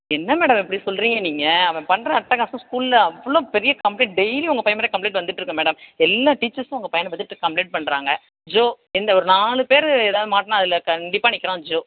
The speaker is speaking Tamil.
என்ன மேடம் இப்படி சொல்கிறீங்க நீங்கள் அவன் பண்ணுற அட்டகாசம் ஸ்கூலில் அவ்வளோ பெரிய கம்ப்ளைண்ட் டெய்லியும் உங்கள் பையன் மேலே கம்ப்ளைண்ட் வந்துட்டுருக்கு மேடம் எல்லா டீச்சர்ஸும் உங்கள் பையன் பற்றி என்ட்ட கம்ப்ளைண்ட் பண்ணுறாங்க ஜோ இந்த ஒரு நாலு பேர் ஏதாவது மாட்டினா அதில் கண்டிப்பாக நிற்கிறான் ஜோ